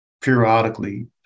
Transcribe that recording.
periodically